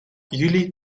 jullie